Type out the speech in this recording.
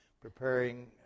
preparing